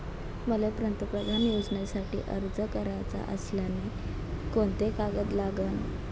मले पंतप्रधान योजनेसाठी अर्ज कराचा असल्याने कोंते कागद लागन?